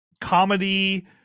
comedy